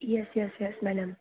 yes yes yes madam